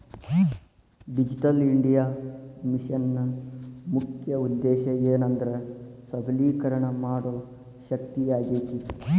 digital India ಮಿಷನ್ನ ಮುಖ್ಯ ಉದ್ದೇಶ ಏನೆಂದ್ರ ಸಬಲೇಕರಣ ಮಾಡೋ ಶಕ್ತಿಯಾಗೇತಿ